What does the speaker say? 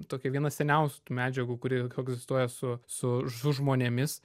tokia viena seniausių tų medžiagų kuri koegzistuoja su su su žmonėmis